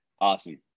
awesome